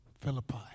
Philippi